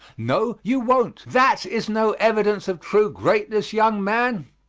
no, you won't that is no evidence of true greatness, young man.